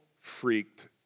freaked